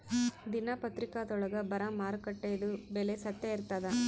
ದಿನಾ ದಿನಪತ್ರಿಕಾದೊಳಾಗ ಬರಾ ಮಾರುಕಟ್ಟೆದು ಬೆಲೆ ಸತ್ಯ ಇರ್ತಾದಾ?